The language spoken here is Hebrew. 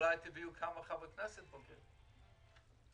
אולי תביאו כמה חברי כנסת שהם בוגרי אגף התקציבים...